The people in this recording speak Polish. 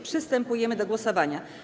Przystępujemy do głosowania.